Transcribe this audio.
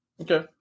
Okay